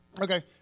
Okay